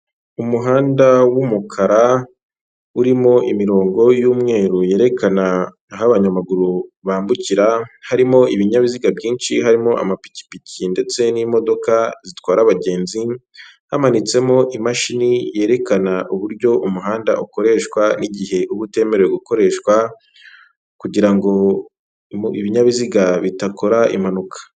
Umuhanda w'umukara urimo imirongo y'umweru yerekana aho abanyamaguru bambukira harimo ibinyabiziga byinshi, harimo amapikipiki ndetse n'imodoka zitwara abagenzi, hamanitsemo imashini yerekana uburyo umuhanda ukoreshwa, n'igihe utemerewe gukoreshwa kugirango ibinyabiziga bitakora impanuka.